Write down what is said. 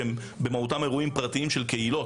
שהם במהותם אירועים פרטיים של קהילות,